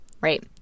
right